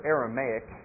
Aramaic